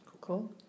Cool